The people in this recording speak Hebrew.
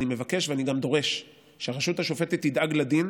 אני מבקש ואני גם דורש שהרשות השופטת תדאג לדין,